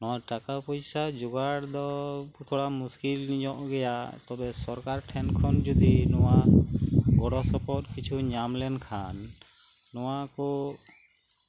ᱱᱚᱣᱟ ᱴᱟᱠᱟ ᱯᱚᱭᱥᱟ ᱡᱚᱜᱟᱲ ᱫᱚ ᱛᱷᱚᱲᱟ ᱢᱩᱥᱠᱤᱞ ᱧᱚᱜ ᱜᱮᱭᱟ ᱛᱚᱵᱮ ᱥᱚᱨᱠᱟᱨ ᱴᱷᱮᱱ ᱠᱷᱚᱱ ᱡᱚᱫᱤ ᱱᱚᱣᱟ ᱜᱚᱲᱚ ᱥᱚᱯᱚᱦᱚᱫ ᱠᱤᱪᱷᱩ ᱧᱟᱢ ᱞᱮᱱᱠᱷᱟᱱ ᱱᱚᱣᱟᱠᱩ